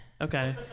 okay